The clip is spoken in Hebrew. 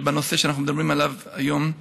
הנושא שאנחנו מדברים עליו היום.